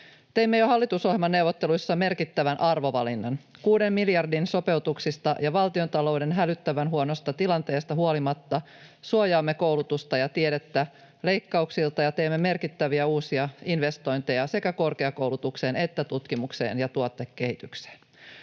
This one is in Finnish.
Teimme jo hallitusohjelmaneuvotteluissa merkittävän arvovalinnan: kuuden miljardin sopeutuksista ja valtiontalouden hälyttävän huonosta tilanteesta huolimatta suojaamme koulutusta ja tiedettä leikkauksilta ja teemme merkittäviä uusia investointeja sekä korkeakoulutukseen että tutkimukseen ja tuotekehitykseen.